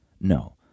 No